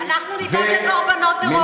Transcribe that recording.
אנחנו נדאג לקורבנות טרור,